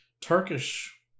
Turkish